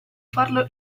farlo